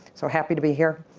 so happy to be here.